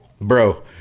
bro